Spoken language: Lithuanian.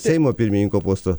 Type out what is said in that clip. seimo pirmininko posto